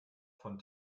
von